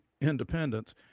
Independence